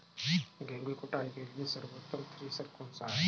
गेहूँ की कुटाई के लिए सर्वोत्तम थ्रेसर कौनसा है?